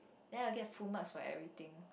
then I'll get full marks for everything